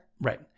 right